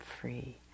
free